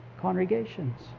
congregations